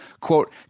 quote